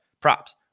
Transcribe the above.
props